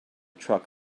truck